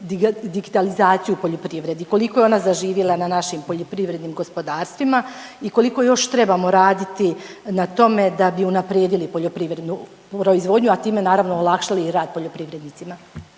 digitalizaciju u poljoprivredi koliko je ona zaživjela na našim poljoprivrednim gospodarstvima i koliko još trebamo raditi na tome da bi unaprijedili poljoprivrednu proizvodnju, a time naravno olakšali i rad poljoprivrednicima.